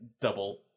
double